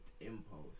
impulse